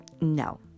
no